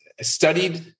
studied